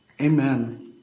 Amen